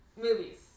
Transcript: movies